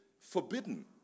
forbidden